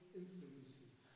influences